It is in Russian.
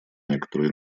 некоторую